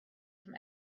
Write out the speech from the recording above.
from